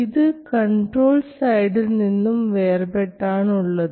ഇത് കൺട്രോൾ സൈഡിൽ നിന്നും വേർപെട്ടാണുള്ളത്